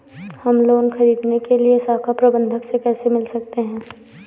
हम लोन ख़रीदने के लिए शाखा प्रबंधक से कैसे मिल सकते हैं?